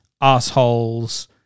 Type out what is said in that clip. assholes